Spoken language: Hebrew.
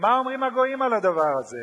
מה אומרים הגויים על הדבר הזה?